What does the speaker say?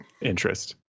Interest